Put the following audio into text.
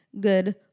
good